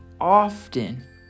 often